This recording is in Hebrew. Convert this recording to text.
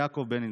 יעקב בנינסון.